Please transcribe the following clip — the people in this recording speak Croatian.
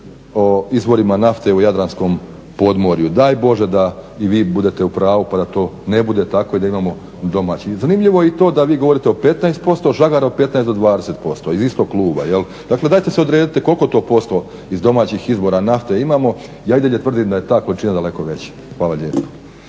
o izvorima nafte u Jadranskom podmoruju. Daj Bože da i vi budete u pravu pa da to ne bude tako i da imamo domaći. Zanimljivo je i to da vi govorite o 15%, Žagar od 15 do 20% iz istog kluba, jel, dajte se odredite koliko to posto iz domaćih izvora nafte imamo. Ja i dalje tvrdim da je ta količina daleko veća. Hvala lijepo.